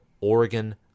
Oregon